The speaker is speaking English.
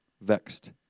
vexed